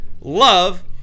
love